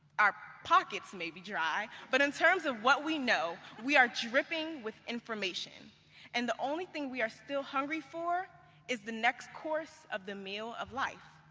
our pockets may be dry, but in terms of what we know, we are dripping with information and the only thing we are still hungry for is the next course of the meal of life.